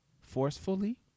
forcefully